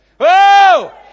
Whoa